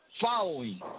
following